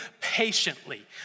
patiently